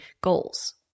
goals